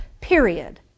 period